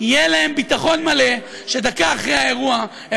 יהיה להם ביטחון מלא שדקה אחרי האירוע, תודה.